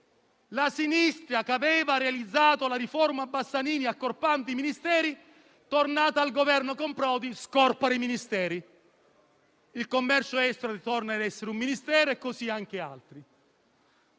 La sinistra, che aveva realizzato la riforma Bassanini accorpando i Ministeri, tornata al Governo con Prodi, scorpora i Ministeri; il commercio internazionale torna ad essere un Ministero e così anche altri.